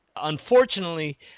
unfortunately